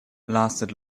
lasted